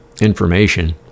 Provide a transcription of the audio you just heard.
information